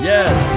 Yes